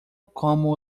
como